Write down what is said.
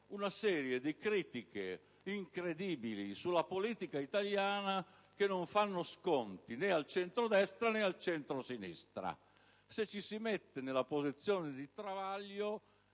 ad oggi, critiche incredibili sulla politica italiana, che non fanno sconti né al centrodestra, né al centrosinistra. Se ci si mette nella posizione di Travaglio,